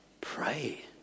Pray